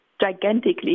gigantically